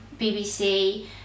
BBC